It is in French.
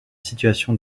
situation